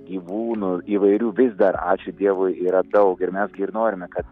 gyvūnų įvairių vis dar ačiū dievui yra daug ir mes gi norime kad